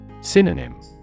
Synonym